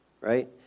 Right